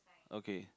okay